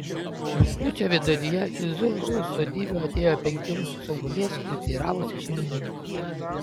rugpjūčio viduryje į zurzų sodybą atėjo penki rusų saugumiečiai ir teiravosi šeimininko